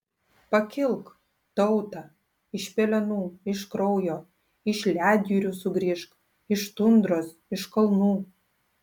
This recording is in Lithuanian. pakilk tauta iš pelenų iš kraujo iš ledjūrių sugrįžk iš tundros iš kalnų